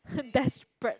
desperate